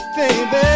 Baby